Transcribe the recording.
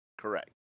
correct